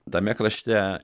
tame krašte